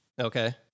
Okay